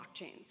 blockchains